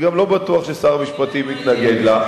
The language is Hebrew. אני גם לא בטוח ששר המשפטים יתנגד לה.